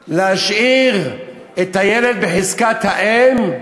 כדי להשאיר את הילד בחזקת האם,